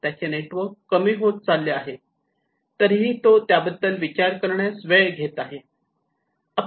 त्याचे नेटवर्क कमी होत चालले आहे तरीही तो त्याबद्दल विचार करण्यास वेळ घेत आहे